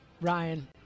Ryan